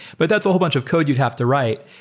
but that's a whole bunch of code you'd have to write.